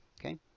Okay